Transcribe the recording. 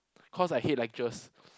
cause I hate lectures